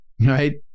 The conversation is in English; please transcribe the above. right